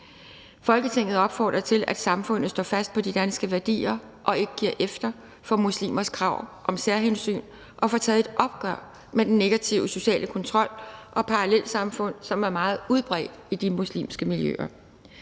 Folketinget opfordrer til, at samfundet står fast på de danske værdier og ikke giver efter for muslimers krav om særhensyn og får taget et opgør med den negative sociale kontrol og parallelsamfund, der er meget udbredt i muslimske miljøer.